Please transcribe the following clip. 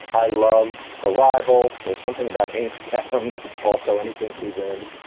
i loved arrival. there's something about eight hem's also anything she's in.